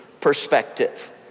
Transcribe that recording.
perspective